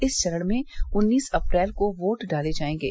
इस चरण में उन्नीस अप्रैल को वोट डाले जायेंगे